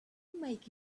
make